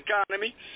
economy